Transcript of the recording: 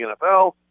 NFL